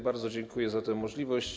Bardzo dziękuję za tę możliwość.